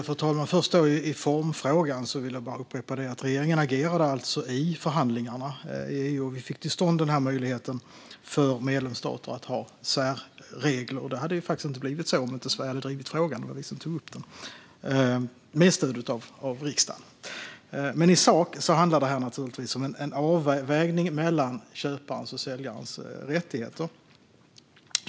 Fru talman! När det först gäller formfrågan vill jag upprepa att regeringen alltså agerade i förhandlingarna i EU och fick till stånd denna möjlighet för medlemsstater att ha särregler. Det hade faktiskt inte blivit så om inte Sverige drivit frågan; det var vi som tog upp den, med stöd av riksdagen. I sak handlar detta naturligtvis om en avvägning mellan köparens och säljarens rättigheter.